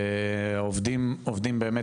עובדים באמת,